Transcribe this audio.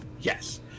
yes